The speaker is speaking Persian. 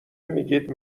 میگید